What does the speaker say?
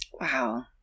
Wow